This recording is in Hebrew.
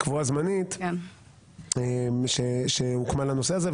קבועה זמנית, שהוקמה לנושא הזה.